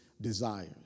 desires